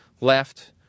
left